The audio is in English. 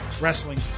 Wrestling